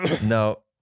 No